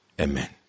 amen